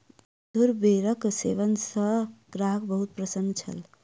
मधुर बेरक सेवन सॅ ग्राहक बहुत प्रसन्न छल